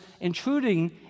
intruding